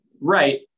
right